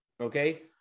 okay